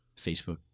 Facebook